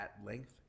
at-length